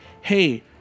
hey